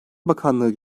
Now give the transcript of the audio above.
bakanlığı